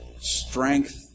strength